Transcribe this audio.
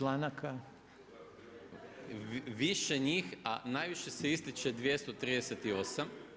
Više njih, a najviše se ističe 238.